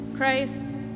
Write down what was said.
Christ